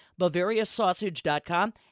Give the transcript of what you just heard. BavariaSausage.com